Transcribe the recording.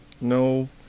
no